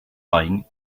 lying